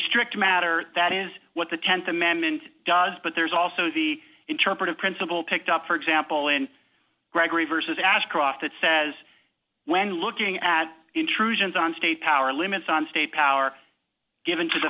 strict matter that is what the th amendment does but there's also the interpretive principle picked up for example in gregory versus ashcroft that says when looking at intrusions on state power limits on state power given to the